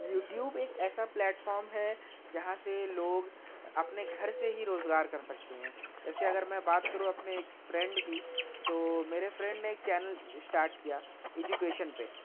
YouTube ایک ایسا platform ہے جہاں سے لوگ اپنے گھر سے ہی روزگار کر سکتے ہیں جیسے اگر میں بات کروں اپنے ایک فرینڈ کی تو میرے فرینڈ نے ایک چینل اسٹارٹ کیا ایجوکیشن پے